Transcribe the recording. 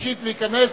שלישית וייכנס